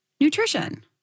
nutrition